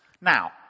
Now